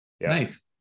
Nice